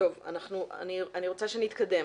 אני רוצה שנתקדם.